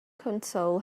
console